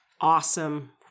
awesome